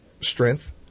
strength